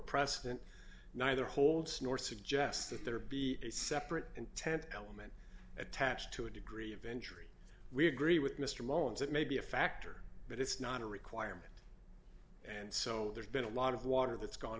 precedent neither holds nor suggest that there be a separate intent element attached to a degree of injury we agree with mr moans that may be a factor but it's not a requirement and so there's been a lot of water that's gone